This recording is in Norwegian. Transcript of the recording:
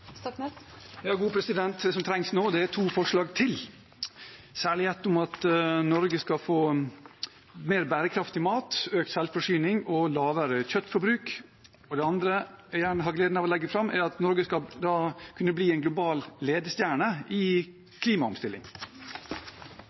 Det som trengs nå, er to forslag til, særlig ett om at Norge skal få mer bærekraftig mat, økt selvforsyning og lavere kjøttforbruk. Det andre jeg har gleden av å legge fram, er et forslag om at Norge skal kunne bli en global ledestjerne i klimaomstilling.